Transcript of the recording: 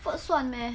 food 算 meh